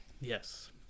yes